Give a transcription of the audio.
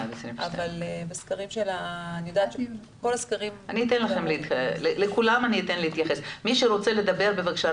אבל כל הסקרים --- סקר גיאוקרטוגרפיה שבוצע באפריל 2019 הראה